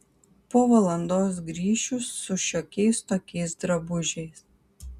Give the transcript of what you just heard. po valandos grįšiu su šiokiais tokiais drabužiais